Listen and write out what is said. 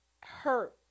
hurt